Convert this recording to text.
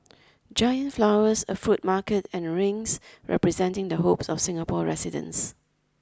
giant flowers a fruit market and rings representing the hopes of Singapore residents